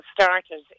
started